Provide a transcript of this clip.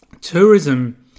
tourism